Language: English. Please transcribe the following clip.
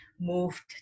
moved